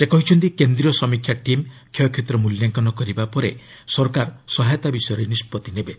ସେ କହିଛନ୍ତି କେନ୍ଦ୍ରୀୟ ସମୀକ୍ଷା ଟିମ୍ କ୍ଷୟକ୍ଷତିର ମୂଲ୍ୟାଙ୍କନ କରିବା ପରେ ସରକାର ସହାୟତା ବିଷୟରେ ନିଷ୍ପଭି ନେବେ